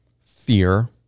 fear